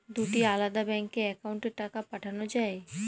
দুটি আলাদা ব্যাংকে অ্যাকাউন্টের টাকা পাঠানো য়ায়?